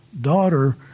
Daughter